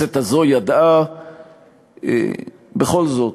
הכנסת הזאת ידעה בכל זאת